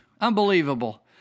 Unbelievable